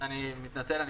אני מתנצל.